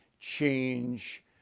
change